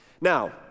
Now